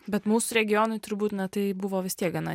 bet mūsų regionui turbūt na tai buvo vis tiek gana